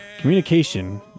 communication